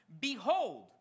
Behold